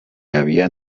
había